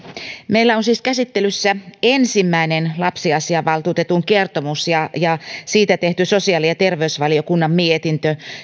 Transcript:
meillä on siis käsittelyssä ensimmäinen lapsiasiavaltuutetun kertomus ja ja siitä tehty sosiaali ja terveysvaliokunnan mietintö